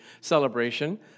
celebration